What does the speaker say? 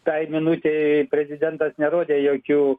tai minutei prezidentas nerodė jokių